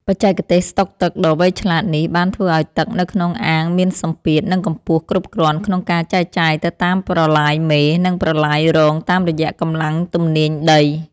បច្ចេកទេសស្តុកទឹកដ៏វៃឆ្លាតនេះបានធ្វើឱ្យទឹកនៅក្នុងអាងមានសម្ពាធ និងកម្ពស់គ្រប់គ្រាន់ក្នុងការចែកចាយទៅតាមប្រឡាយមេ និងប្រឡាយរងតាមរយៈកម្លាំងទំនាញដី។